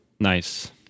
Nice